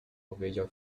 powiedział